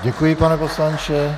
Děkuji, pane poslanče.